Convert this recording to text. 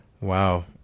wow